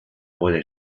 puede